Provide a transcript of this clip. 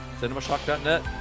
Cinemashock.net